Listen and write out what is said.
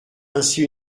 ainsi